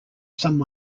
some